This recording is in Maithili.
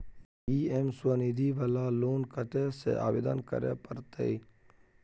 पी.एम स्वनिधि वाला लोन कत्ते से आवेदन करे परतै?